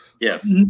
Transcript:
Yes